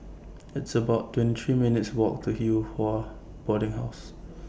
It's about twenty three minutes' Walk to Yew Hua Boarding House